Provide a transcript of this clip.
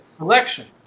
election